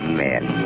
men